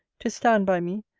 to stand by me,